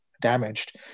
damaged